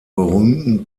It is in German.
berühmten